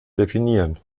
definieren